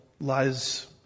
lies